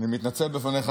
אני מתנצל בפניך,